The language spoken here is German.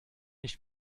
nicht